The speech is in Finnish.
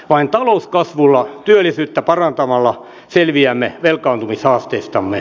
vain talouskasvulla ja työllisyyttä parantamalla selviämme velkaantumishaasteestamme